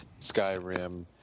Skyrim